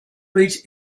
reached